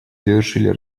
завершили